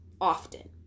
often